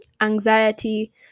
anxiety